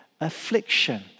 affliction